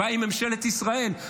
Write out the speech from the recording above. הבעיה היא ממשלת ישראל,